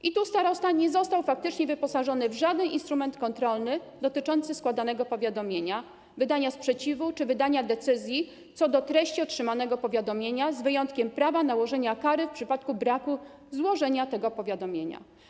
I tu starosta nie został faktycznie wyposażony w żaden instrument kontrolny dotyczący składanego powiadomienia, wydania sprzeciwu czy wydania decyzji co do treści otrzymanego powiadomienia, z wyjątkiem prawa nałożenia kary w przypadku braku złożenia tego powiadomienia.